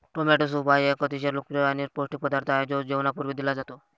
tomato soup हा एक अतिशय लोकप्रिय आणि पौष्टिक पदार्थ आहे जो जेवणापूर्वी दिला जातो